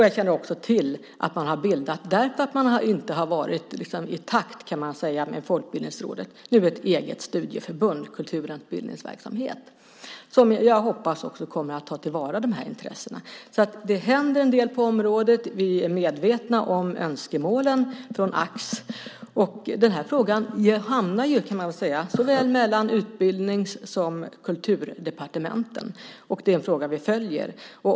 Jag känner också till att de nu, därför att de liksom inte har varit i takt med Folkbildningsrådet, har bildat ett eget studieförbund med kultur och utbildningsverksamhet. Där hoppas jag att man också kommer att ta till vara de här intressena. Det händer alltså en del på området. Vi är medvetna om önskemålen från Ax. Den här frågan hamnar, kan man väl säga, såväl i Utbildningsdepartementet som i Kulturdepartementet, och det är en fråga som vi följer.